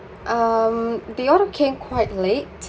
um the order came quite late